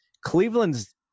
Cleveland's